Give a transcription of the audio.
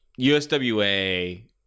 USWA